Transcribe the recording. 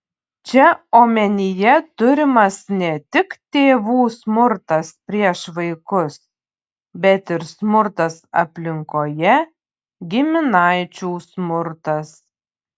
čia omenyje turimas ne tik tėvų smurtas prieš vaikus bet ir smurtas aplinkoje giminaičių smurtas